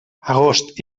agost